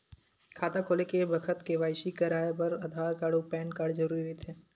खाता खोले के बखत के.वाइ.सी कराये बर आधार कार्ड अउ पैन कार्ड जरुरी रहिथे